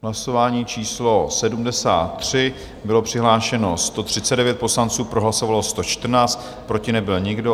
Hlasování číslo 73, bylo přihlášeno 139 poslanců, pro hlasovalo 114, proti nebyl nikdo.